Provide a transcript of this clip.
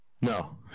No